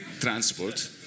transport